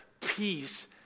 peace